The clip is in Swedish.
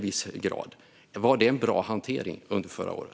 Var det en bra hantering under förra året?